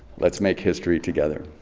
let's make history together.